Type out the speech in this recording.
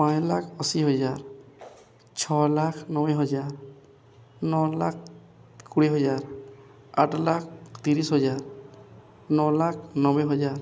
ପାଞ୍ଚ ଲକ୍ଷ ଅଶୀ ହଜାର ଛଅ ଲକ୍ଷ ନବେ ହଜାର ନଅ ଲକ୍ଷ କୋଡ଼ିଏ ହଜାର ଆଠ ଲକ୍ଷ ତିରିଶ ହଜାର ନଅ ଲକ୍ଷ ନବେ ହଜାର